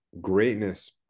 greatness